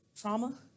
Trauma